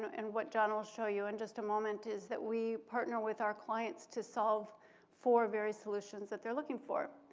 and what john will show you in just a moment, is that we partner with our clients to solve for various solutions that they're looking for.